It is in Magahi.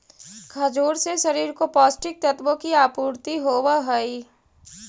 खजूर से शरीर को पौष्टिक तत्वों की आपूर्ति होवअ हई